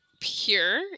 pure